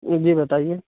جی بتائیے